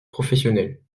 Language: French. professionnelles